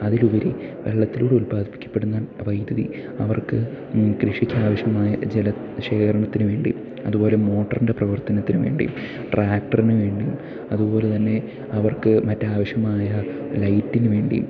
അതിലുപരി വെള്ളത്തിലൂടെ ഉത്പാദിപ്പിക്കപ്പെടുന്ന വൈദ്യുതി അവർക്ക് കൃഷിക്കാവശ്യമായ ജല ശേഖരണത്തിനുവേണ്ടി അതുപോലെ മോട്ടറിൻ്റെ പ്രവർത്തനത്തിനുവേണ്ടിയും ട്രാക്ടറിനുവേണ്ടി അതുപോലെതന്നെ അവർക്ക് മറ്റ് ആവശ്യമായ ലൈറ്റിനുവേണ്ടിയും